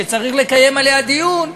שצריך לקיים עליה דיון: